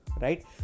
right